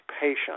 patient